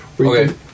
Okay